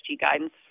guidance